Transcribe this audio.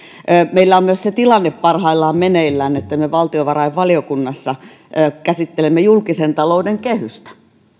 meillä on myös se tilanne parhaillaan meneillään että me valtiovarainvaliokunnassa käsittelemme julkisen talouden kehystä